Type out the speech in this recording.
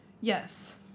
Yes